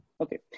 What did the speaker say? Okay